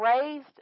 raised